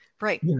Right